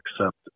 accept